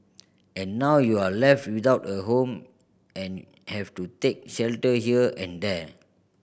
and now you're left without a home and have to take shelter here and there